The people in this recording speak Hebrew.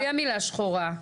בלי המילה שחורה.